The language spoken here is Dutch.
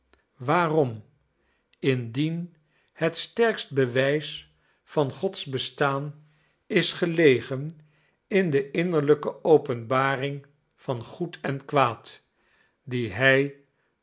waarom indien het sterkst bewijs van gods bestaan is gelegen in de innerlijke openbaring van goed en kwaad die hij